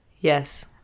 yes